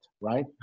right